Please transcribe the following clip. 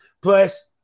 Plus